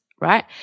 right